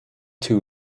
too